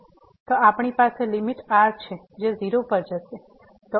તો આપણી પાસે લિમિટ r છે જે 0 પર જશે